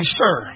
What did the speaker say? sir